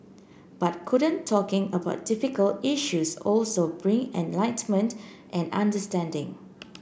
but couldn't talking about difficult issues also bring enlightenment and understanding